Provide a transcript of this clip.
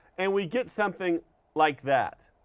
and we get something like that.